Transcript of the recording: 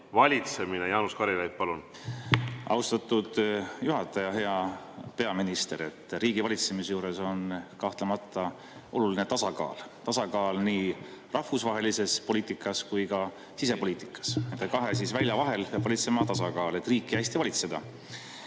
Jaanus Karilaid, palun!